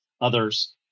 others